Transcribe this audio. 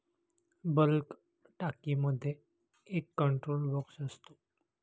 bulk टाकीमध्ये एक control box असतो